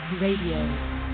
Radio